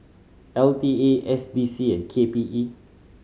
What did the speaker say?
L T A S D C and K P E